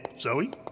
Zoe